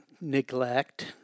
neglect